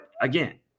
again